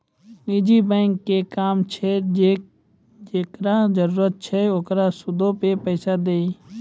निजी बैंको के काम छै जे जेकरा जरुरत छै ओकरा सूदो पे पैसा दिये